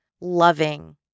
loving